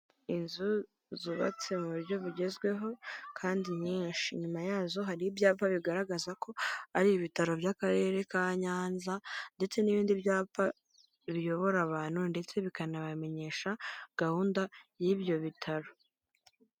Inzu zubatse mu buryo bugezweho kandi nyinshi nyuma yazo hari ibyapa bigaragaza ko ari ibitaro by'Akarere ka Nyanza ndetse n'ibindi byapa biyobora abantu ndetse bikanabamenyesha gahunda y'ibyo bitaro.